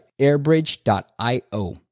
airbridge.io